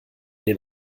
den